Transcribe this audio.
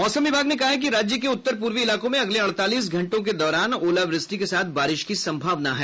मौसम विभाग ने कहा है कि राज्य के उत्तर पूर्वी इलाकों में अगले अड़तालीस घंटे के दौरान ओलावृष्टि के साथ बारिश की संभावना है